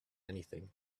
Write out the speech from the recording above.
anything